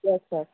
yes sir